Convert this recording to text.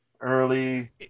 early